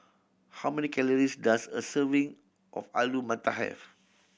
how many calories does a serving of Alu Matar have